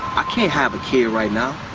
i can't have a kid right now.